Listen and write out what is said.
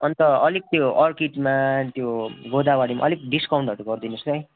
अन्त अलिक त्यो अर्किडमा त्यो गोदावरीमा अलिक डिस्काउन्टहरू गरिदिनुहोस् है